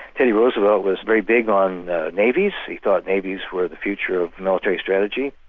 teddy roosevelt was very big on navies, he thought navies were the future of military strategy,